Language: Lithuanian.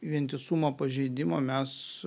vientisumo pažeidimo mes